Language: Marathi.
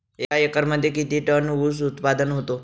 एका एकरमध्ये किती टन ऊस उत्पादन होतो?